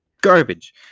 garbage